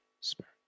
Spirit